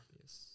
Yes